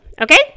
Okay